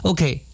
Okay